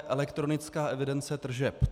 Elektronická evidence tržeb.